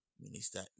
Minister